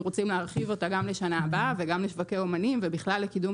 רוצים להרחיב אותה גם לשנה הבאה וגם לשוקי אמנים ובכלל לקידום